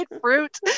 fruit